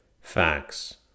facts